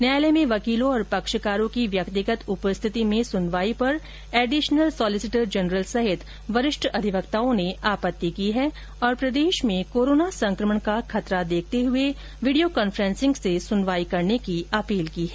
न्यायालय में वकीलों और पक्षकारों की व्यक्तिगत उपस्थिति में सूनवाई पर एडिशनल सॉलिसिटर जनरल सहित वरिष्ठ अधिवक्ताओं ने आपत्ति की है और प्रदेश में कोरोना संकमण का खतरा देखते हए वीडियो कान्फ्रेंसिंग से सुनवाई करने की अपील की है